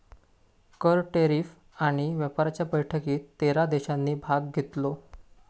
कर, टॅरीफ आणि व्यापाराच्या बैठकीत तेरा देशांनी भाग घेतलो